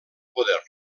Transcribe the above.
poder